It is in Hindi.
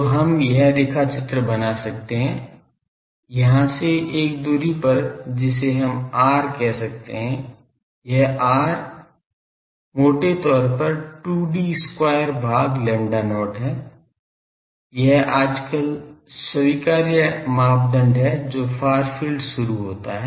तो हम यह रेखाचित्र बना सकते हैं यहाँ से एक दूरी पर जिसे हम R कह सकते हैं यह R मोटे तौर पर 2D square भाग lambda not है यह आजकल स्वीकार्य मापदंड है जो फार फील्ड शुरू होता है